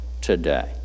today